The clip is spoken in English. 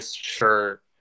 sure